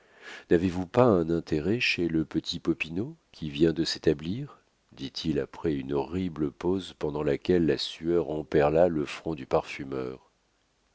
n'avez-vous pas un intérêt chez le petit popinot qui vient de s'établir dit-il après une horrible pause pendant laquelle la sueur emperla le front du parfumeur